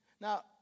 Now